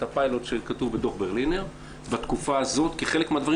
את הפיילוט שכתוב בדוח ברלינר בתקופה הזאת כחלק מהדברים.